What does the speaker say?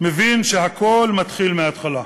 מבין שהכול מתחיל מהתחלה.